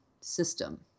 system